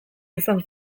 izan